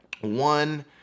one